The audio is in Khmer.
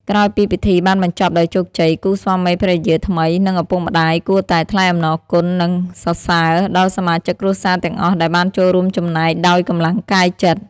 ក្រោយពីពិធីបានបញ្ចប់ដោយជោគជ័យ គូស្វាមីភរិយាថ្មី និងឪពុកម្ដាយ គួរតែ ថ្លែងអំណរគុណ និងសរសើរ ដល់សមាជិកគ្រួសារទាំងអស់ដែលបានចូលរួមចំណែកដោយកម្លាំងកាយចិត្ត។